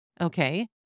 Okay